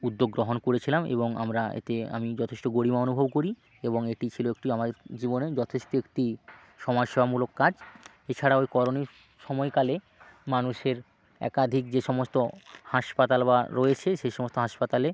উদ্যোগ গ্রহণ করেছিলাম এবং আমরা এতে আমি যথেষ্ট গরিমা অনুভব করি এবং এটি ছিল একটি আমাদের জীবনে যথেষ্ট একটি সমাজসেবামূলক কাজ এছাড়াও এই করোনার সময়কালে মানুষের একাধিক যে সমস্ত হাসপাতাল বা রয়েছে সেই সমস্ত হাসপাতালে